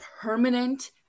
permanent